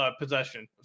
possession